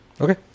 Okay